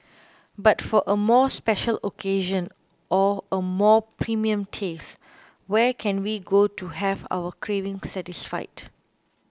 but for a more special occasion or a more premium taste where can we go to have our craving satisfied